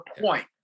point